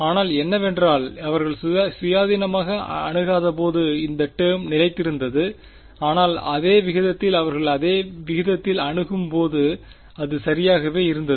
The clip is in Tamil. ஆனால் என்னவென்றால் அவர்கள் சுயாதீனமாக அணுகாதபோது இந்த டேர்ம் நிலைத்திருந்தது ஆனால் அதே விகிதத்தில் அவர்கள் அதே விகிதத்தில் அணுகும்போது அது சரியாகவே இருந்தது